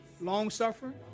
long-suffering